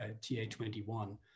TA21